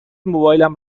موبایلم